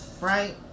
right